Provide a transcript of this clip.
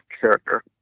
character